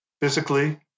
physically